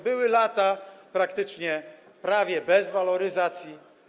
Były lata praktycznie prawie bez waloryzacji.